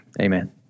Amen